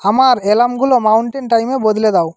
আমার অ্যালার্মগুলো মাউন্টেন টাইমে বদলে দাও